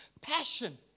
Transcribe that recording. passion